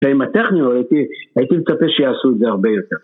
ועם הטכניון הייתי מצפה שיעשו את זה הרבה יותר.